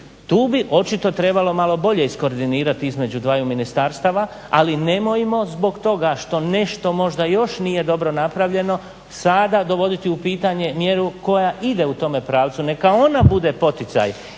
Tu bi očito trebalo malo bolje iskoordinirati između dvaju ministarstava ali nemojmo zbog toga što nešto možda još nije dobro napravljeno sada dovoditi u pitanje mjeru koja ide u tome pravcu. Neka ona bude poticaj